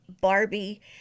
Barbie